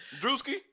Drewski